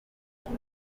kuba